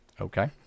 okay